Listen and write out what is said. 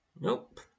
Nope